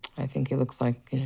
i think he looks like,